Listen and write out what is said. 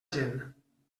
gent